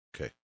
Okay